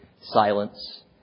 silence